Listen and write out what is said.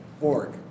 Org